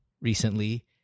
recently